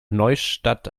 neustadt